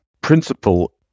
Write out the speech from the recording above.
principle